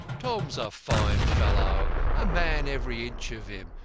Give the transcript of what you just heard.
tom's a fine fellow a man every inch of him,